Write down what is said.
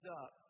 up